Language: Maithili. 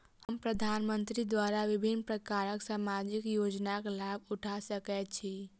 हम प्रधानमंत्री द्वारा विभिन्न प्रकारक सामाजिक योजनाक लाभ उठा सकै छी?